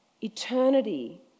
Eternity